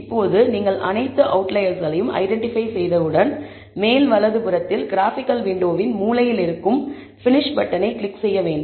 இப்போது நீங்கள் அனைத்து அவுட்லயர்ஸ்களையும் ஐடென்டிபை செய்தவுடன் மேல் வலதுபுறத்தில் கிராஃபிகல் விண்டோ வின் மூலையில் இருக்கும் பினிஷ் பட்டனை கிளிக் செய்ய வேண்டும்